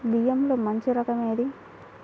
బియ్యంలో మంచి రకం ఏది?